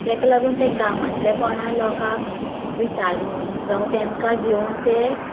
तेका लागून ते गावांतल्या कोणा लोकांक विचारून जावं तेमकां घेवून ते